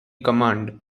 command